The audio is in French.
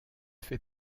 fait